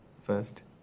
first